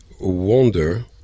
wonder